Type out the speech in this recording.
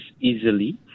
easily